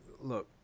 Look